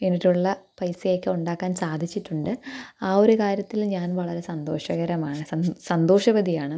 വേണ്ടിയിട്ടുള്ള പൈസയൊക്കെ ഉണ്ടാക്കാൻ സാധിച്ചിട്ടുണ്ട് ആ ഒരു കാര്യത്തിൽ ഞാൻ വളരെ സന്തോഷകരമാണ് സന്തോഷവതിയാണ്